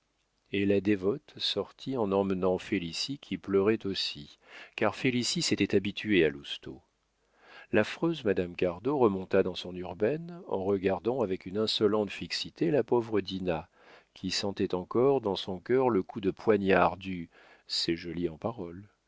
et la dévote sortit en emmenant félicie qui pleurait aussi car félicie s'était habituée à lousteau l'affreuse madame cardot remonta dans son urbaine en regardant avec une insolente fixité la pauvre dinah qui sentait encore dans son cœur le coup de poignard du c'est joli en paroles